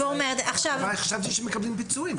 אבל חשבתי שמקבלים פיצויים.